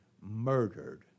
murdered